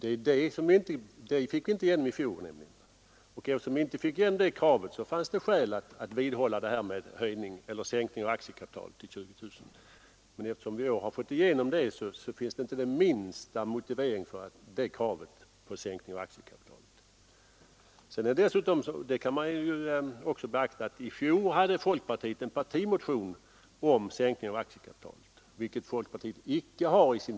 Det kravet fick vi nämligen inte igenom i fjol. Eftersom vi inte fick igenom det, fanns det skäl för oss att vidhålla att aktiekapitalet skulle sänkas till 20 000 kronor, men eftersom vi har fått igenom det kravet i år, finns det nu inte den Vidare bör beaktas att i fjol hade folkpartiet en partimotion om sänkning av aktiekapitalet, vilket folkpartiet icke har i år.